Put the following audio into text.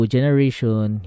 Generation